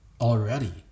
already